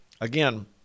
again